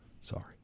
Sorry